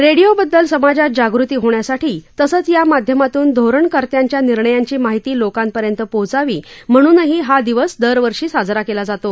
रेडिओबददल समाजात जागृती होण्यासाठी तसंच या माध्यमातून धोरणकर्त्यांच्या निर्णयांची माहिती लोकांपर्यंत पोचावी म्हणूनही हा दिवस दरवर्षी साजरा केला जातो